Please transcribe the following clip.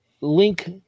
Link